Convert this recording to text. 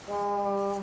err